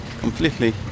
completely